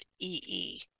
E-E